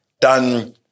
done